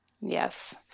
Yes